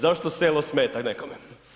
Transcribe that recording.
Zašto selo smeta nekome?